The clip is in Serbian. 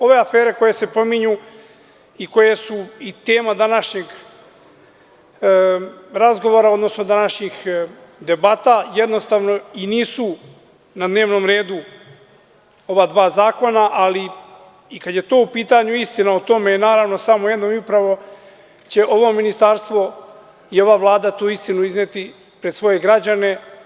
Ove afere koje se pominju i koje su tema i današnjeg razgovora, odnosno današnjih debata, jednostavno nisu na dnevnom redu ova dva zakona, ali i kada je to u pitanju, istina o tome je, naravno, samo jedna i upravo će ovo Ministarstvo i ova Vlada tu istinu izneti pred svoje građane.